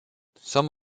some